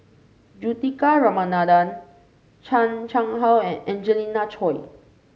Juthika Ramanathan Chan Chang How and Angelina Choy